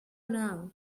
now